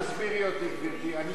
אל תסבירי אותי, גברתי.